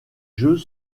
jeux